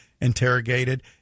interrogated